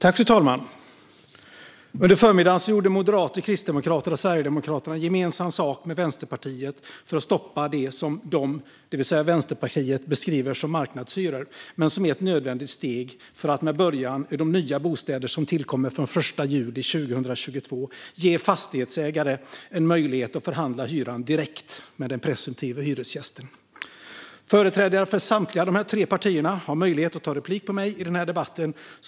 Fru talman! Under förmiddagen gjorde Moderaterna, Kristdemokraterna och Sverigedemokraterna gemensam sak med Vänsterpartiet för att stoppa det som Vänsterpartiet beskriver som marknadshyror men som är ett nödvändigt steg för att med början i de nya bostäder som tillkommer från den 1 juli 2022 ge fastighetsägare möjlighet att förhandla hyran direkt med den presumtive hyresgästen. Företrädare för samtliga dessa tre partier har möjlighet att ta replik på mig i den här debatten.